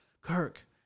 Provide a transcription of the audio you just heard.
kirk